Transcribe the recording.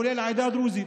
כולל לעדה הדרוזית,